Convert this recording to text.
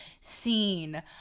seen